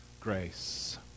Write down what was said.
grace